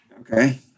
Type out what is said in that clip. Okay